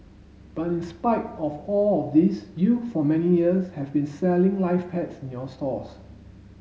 but in spite of all of this you for many years have been selling live pets in your stores